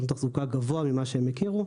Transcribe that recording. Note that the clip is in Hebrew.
גבוה ממה שהם הכירו,